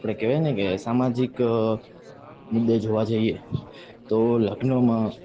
આપણે કહેવાયને કે સામાજિક મુદ્દે જોવા જઈએ તો લગ્નમાં